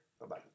Bye-bye